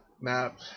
map